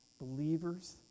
believers